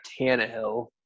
Tannehill